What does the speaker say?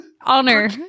honor